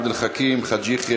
עבד אל חכים חאג' יחיא,